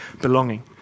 belonging